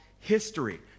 history